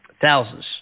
thousands